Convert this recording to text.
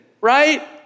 Right